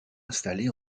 installée